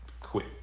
quit